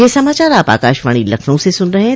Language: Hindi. ब्रे क यह समाचार आप आकाशवाणी लखनऊ से सुन रहे हैं